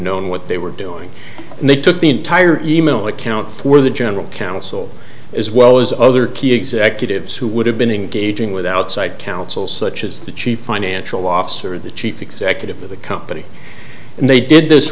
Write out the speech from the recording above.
known what they were doing and they took the entire e mail account for the general counsel as well as other key executives who would have been engaging with outside counsel such as the chief financial officer of the chief executive of the company and they did this